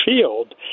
field